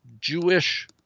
Jewish